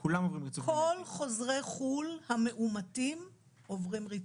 כל חוזרי חו"ל המאומתים עוברים ריצוף.